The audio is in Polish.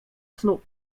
snu